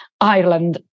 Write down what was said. Ireland